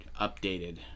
updated